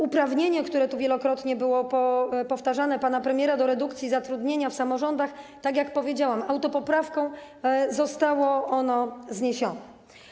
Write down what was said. Uprawnienie, które tu wielokrotnie było powtarzane, pana premiera do redukcji zatrudnienia w samorządach, jak powiedziałam, autopoprawką zostało zniesione.